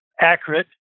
accurate